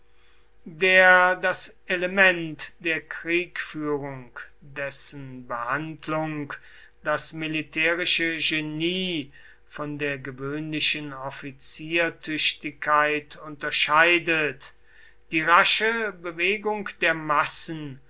der das element der kriegführung dessen behandlung das militärische genie von der gewöhnlichen offiziertüchtigkeit unterscheidet die rasche bewegung der massen